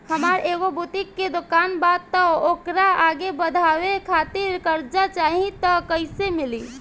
हमार एगो बुटीक के दुकानबा त ओकरा आगे बढ़वे खातिर कर्जा चाहि त कइसे मिली?